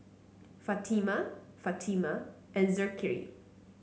Fatimah Fatimah and Zikri